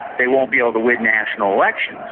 they won't be able to win national elections.